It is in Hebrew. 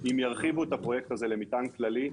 אם ירחיבו את הפרויקט הזה למטען כללי,